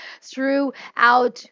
throughout